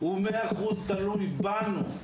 הוא ב-100 אחוזים תלוי בנו.